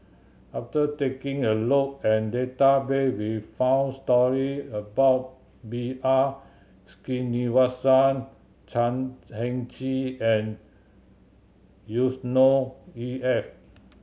after taking a look at database we found story about B R Sreenivasan Chan Heng Chee and Yusnor E F